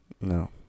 no